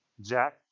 Jack